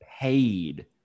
paid